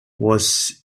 was